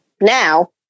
now